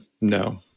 no